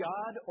God